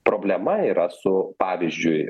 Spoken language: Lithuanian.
problema yra su pavyzdžiui